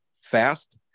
fast